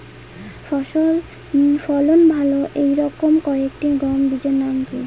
ফলন ভালো এই রকম কয়েকটি গম বীজের নাম কি?